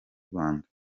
rwanda